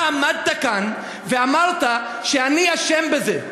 אתה עמדת כאן ואמרת שאני אשם בזה.